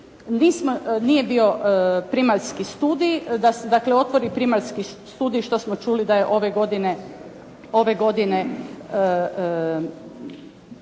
nije bio primaljski studij, da dakle otvori primaljski studij što smo čuli da je ove godine